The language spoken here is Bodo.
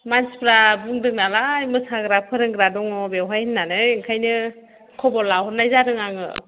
मानसिफोरा बुंदों नालाय मोसाग्रा फोरोंग्रा द बेवहाय होननानै ओंखायनो खबर लाहरनाय जादों आङो